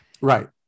right